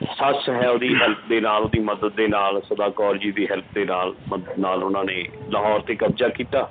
ਸੱਸ ਹੈ ਉਹਦੀ ਹੈਲਪ ਦੇ ਨਾਲ ਉਹਦੀ ਮਦਦ ਦੇ ਨਾਲ ਸਦਾ ਕੌਰ ਜੀ ਦੀ ਹੈਲਪ ਦੇ ਨਾਲ ਮਦਦ ਨਾਲ ਉਹਨਾਂ ਨੇ ਲਾਹੌਰ 'ਤੇ ਕਬਜ਼ਾ ਕੀਤਾ